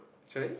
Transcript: sorry